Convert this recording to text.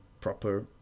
Proper